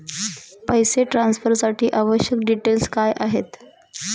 पैसे ट्रान्सफरसाठी आवश्यक डिटेल्स काय आहेत?